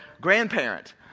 grandparent